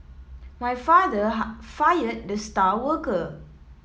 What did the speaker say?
my father fired the star worker